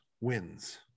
wins